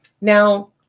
Now